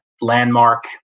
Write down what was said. landmark